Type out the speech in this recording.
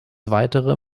weitere